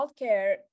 healthcare